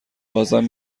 بازم